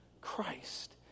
Christ